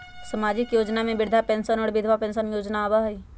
सामाजिक योजना में वृद्धा पेंसन और विधवा पेंसन योजना आबह ई?